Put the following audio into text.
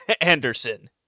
Anderson